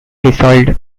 dissolved